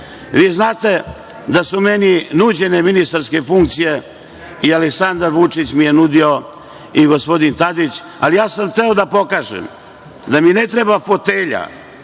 Vi znate da su meni nuđene ministarske funkcije i Aleksandar Vučić mi je nudio i gospodin Tadić, ali ja sam hteo da pokažem da mi ne treba fotelja